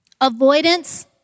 avoidance